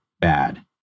bad